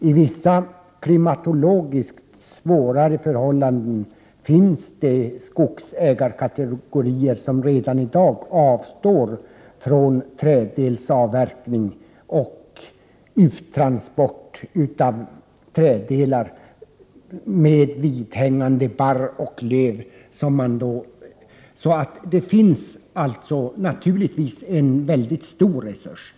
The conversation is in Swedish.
I vissa klimatologiskt svårare förhållanden finns det skogsägarkategorier som redan i dag avstår från träddelsavverkning och uttransport av träddelar med vidhängande barr och löv. Det finns naturligtvis stora resurser.